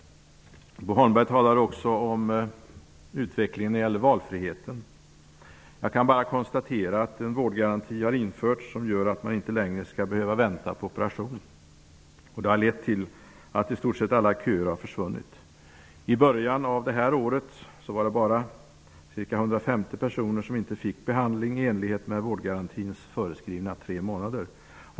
Bo Holmberg talar också om utvecklingen vad gäller valfriheten. Jag kan bara konstatera att en vårdgaranti har införts som gör att man inte längre skall behöva vänta på operation. Det har lett till att i stort sett alla köer har försvunnit. I början av detta år var det bara ca 150 personer som inte fick behandling i enlighet med vårdgarantins föreskrivna tre månader.